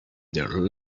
their